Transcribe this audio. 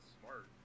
smart